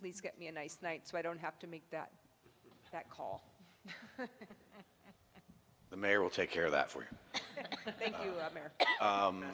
please get me a nice night so i don't have to make that that call the mayor will take care of that